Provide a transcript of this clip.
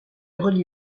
relie